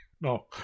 No